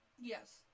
Yes